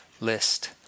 List